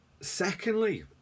Secondly